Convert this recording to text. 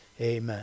Amen